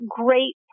great